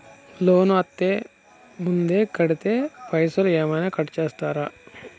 Loan అత్తే ముందే కడితే పైసలు ఏమైనా కట్ చేస్తరా?